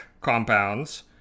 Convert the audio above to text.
compounds